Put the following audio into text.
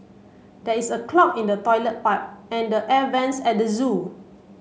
there is a clog in the toilet pipe and the air vents at the zoo